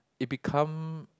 it become